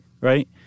right